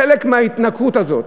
חלק מההתנכרות הזאת,